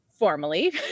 formally